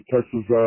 Texas